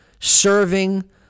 serving